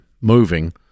moving